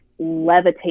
levitate